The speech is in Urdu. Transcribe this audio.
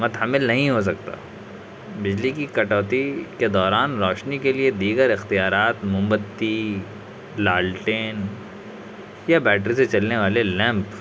متحمل نہیں ہو سکتا بجلی کی کٹوتی کے دوران روشنی کے لیے دیگر اختیارات موم بتی لالٹین یا بیٹری سے چلنے والے لیمپ